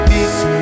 Peace